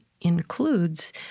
includes